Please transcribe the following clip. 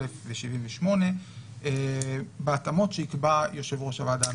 ו-78 בהתאמות שיקבע יושב-ראש הוועדה המרכזית?